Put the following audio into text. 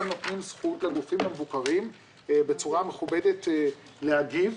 גם נותנים זכות לגופים המבוקרים בצורה המכובדת להגיב.